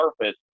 surface